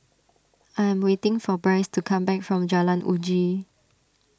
I am waiting for Brice to come back from Jalan Uji